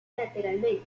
lateralmente